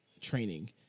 training